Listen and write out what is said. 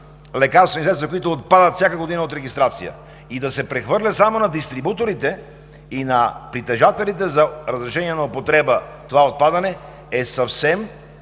лекарствените средства, които отпадат всяка година от регистрация, да се прехвърля само на дистрибуторите и на притежателите за разрешение на употреба това отпадане е съвсем